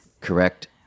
correct